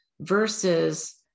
versus